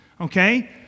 Okay